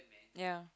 ya